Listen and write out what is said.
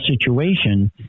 situation